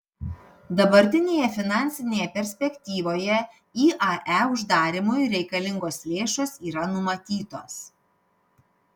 dabartinėje finansinėje perspektyvoje iae uždarymui reikalingos lėšos yra numatytos